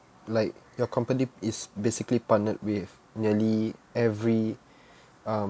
like your company is basically partnered with nearly every um